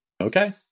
Okay